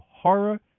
horror